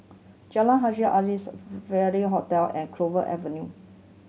Jalan Haji Alias Hotel and Clover Avenue